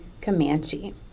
Comanche